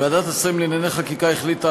ועדת השרים לענייני חקיקה החליטה,